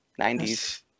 90s